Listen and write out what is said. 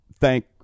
thank